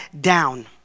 down